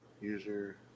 user